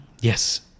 Yes